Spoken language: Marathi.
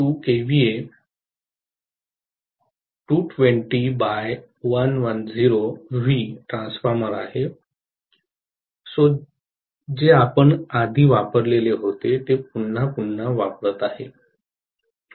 2 केव्हीए 220 बाय 110 व्ही ट्रान्सफॉर्मर आहे जे आपण आधी वापरलेले होते ते पुन्हा पुन्हा वापरत आहे